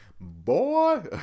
boy